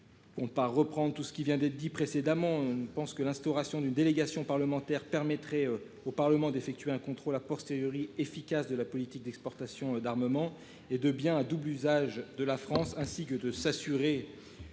On pas reprendre tout ce qui vient d'être dit précédemment, pense que l'instauration d'une délégation parlementaire permettrait au Parlement d'effectuer un contrôle a posteriori efficace de la politique d'exportation d'armements et de biens à double usage de la France ainsi que de s'assurer.